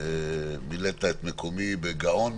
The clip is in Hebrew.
מילאת את מקומי בגאון,